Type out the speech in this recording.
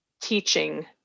teaching